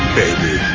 baby